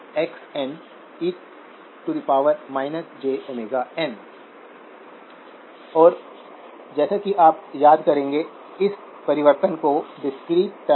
सबसे पहले हम एक ट्राइओड रीजन द्वारा लगाई गई लिमिट को देखें